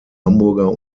hamburger